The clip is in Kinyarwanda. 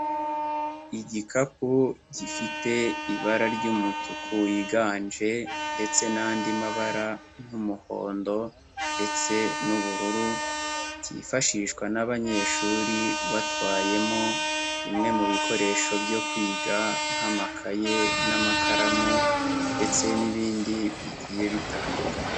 Igikapu gifite ibara ry'umutuku wiganje ndetse n'andi mabara nk'umuhondo ndetse n'ubururu, kifashishwa n'abanyeshuri batwayemo bimwe mu bikoresho byo kwiga nk'amakaye n'amakaramu, ndetse n'ibindi bigiye bitandukanye.